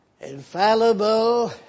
Infallible